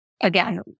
again